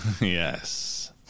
Yes